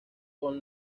con